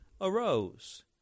arose